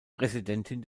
präsidentin